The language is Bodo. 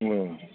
उम